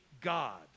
God